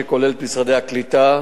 שכולל את משרדי הקליטה,